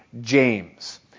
James